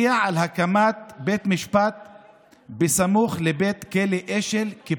ולכן גם היא דורשת מספר רב מאוד של חברי כנסת